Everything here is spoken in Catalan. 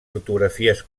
fotografies